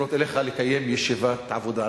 לפנות אליך לקיים ישיבת עבודה.